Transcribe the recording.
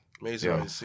Amazing